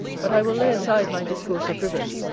but i will lay aside my discourse of rivers,